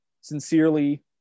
Sincerely